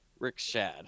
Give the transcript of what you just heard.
Rickshad